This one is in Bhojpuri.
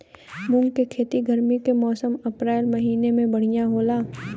मुंग के खेती गर्मी के मौसम अप्रैल महीना में बढ़ियां होला?